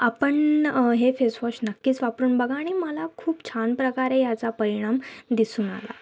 आपण हे फेसवॉश नक्कीच वापरून बघा आणि मला खूप छान प्रकारे ह्याचा परिणाम दिसून आला